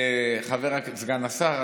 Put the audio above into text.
סגן השר,